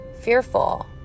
fearful